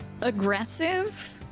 Aggressive